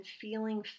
feeling